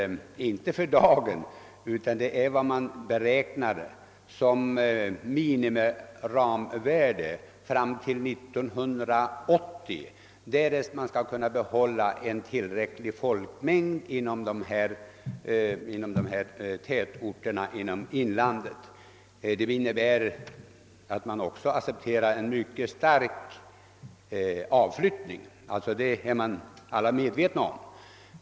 Det är inte behovet för dagen, utan siffran är ett beräknat minimivärde för vad som måste uppnås fram till 1980, därest man skall kunna behålla en tillräcklig folkmängd inom tätorterna i inlandet. Dessa beräkningar innebär att man accepterar en mycket stark avflyttning, vilket alla är medvetna om.